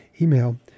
email